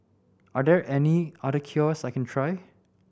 are there any other cures I can try